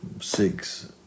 six